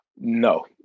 No